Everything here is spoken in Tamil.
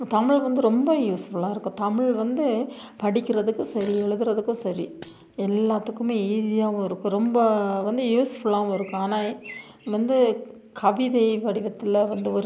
தமிழ் வந்து ரொம்ப யூஸ்ஃபுல்லாக இருக்கும் தமிழ் வந்து படிக்கிறதுக்கும் சரி எழுதுறதுக்கும் சரி எல்லாத்துக்குமே ஈஸியாகவும் இருக்கும் ரொம்ப வந்து யூஸ்ஃபுல்லாகவும் இருக்கும் ஆனால் வந்து கவிதை வடிவத்தில் வந்து ஒரு